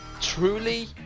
truly